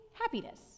happiness